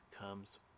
comes